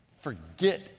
forget